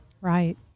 right